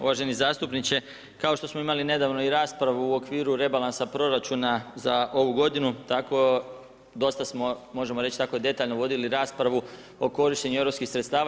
Uvaženi zastupniče, kao što smo imali nedavno i raspravu u okviru rebalansa proračuna za ovu godinu, tako dosta smo, možemo reći tako detaljno vodili raspravu o korištenju europskih sredstava.